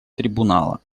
трибунала